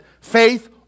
Faith